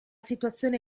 situazione